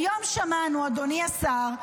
אדוני השר,